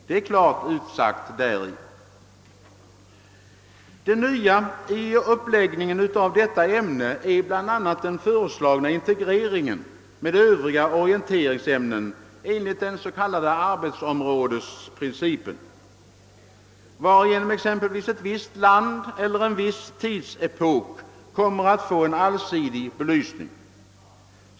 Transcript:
Det nya i uppläggningen av detta ämne är bl.a. den föreslagna integreringen med Övriga orienteringsämnen enligt den s.k. arbetsområdesprincipen, varigenom exempelvis ett visst land eller en viss tidsepok får en allsidig belysning.